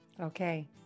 Okay